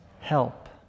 help